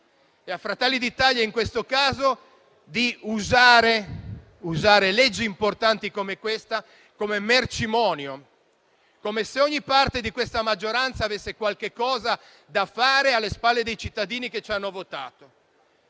e a Fratelli d'Italia in questo caso, ovvero quella di usare leggi importanti come questa come mercimonio, come se ogni parte di questa maggioranza avesse qualche cosa da fare alle spalle dei cittadini che ci hanno votato.